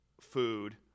food